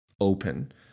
open